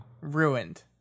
Ruined